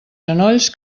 genolls